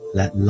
let